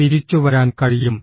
തിരിച്ചുവരാൻ കഴിയും